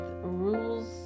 rules